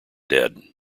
dead